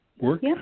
work